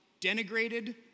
denigrated